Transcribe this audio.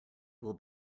will